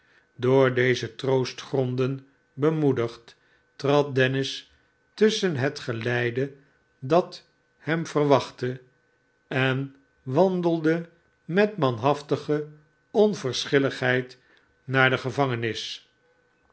door deze troostgronden bemoedigd trad dennis tusschen het geleide dat hem verwachtte en wandelde met manhaftige onverschilligheid naar de gevangenis